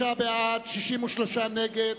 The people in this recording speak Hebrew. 43 בעד, 63 נגד,